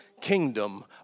kingdom